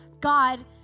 God